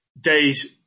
days